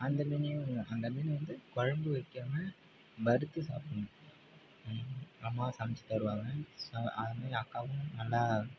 அந்த மீனையும் அந்த மீனை வந்து குழம்பு வைக்காம வறுத்து சாப்பிடணும் அம்மா சமைச்சி தருவாங்க அது மாதிரி அக்காவும் நல்லா